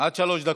עד שלוש דקות.